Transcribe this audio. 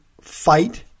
fight